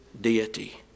deity